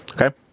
Okay